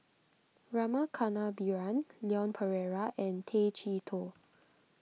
Rama Kannabiran Leon Perera and Tay Chee Toh